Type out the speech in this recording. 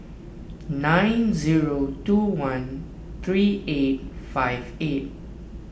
nine zero two one three eight five eight